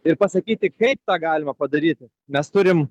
ir pasakyti kaip tą galima padaryti mes turim